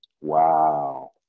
Wow